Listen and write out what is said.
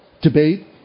debate